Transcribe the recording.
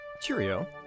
Cheerio